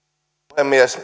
puhemies